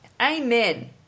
amen